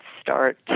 start